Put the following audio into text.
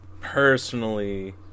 personally